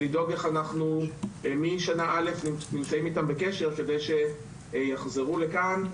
איך אנחנו נמצאים איתם בקשר משנה א' כדי שיחזרו לכאן.